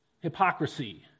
hypocrisy